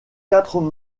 quatre